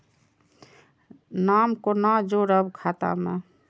नाम कोना जोरब खाता मे